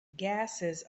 gases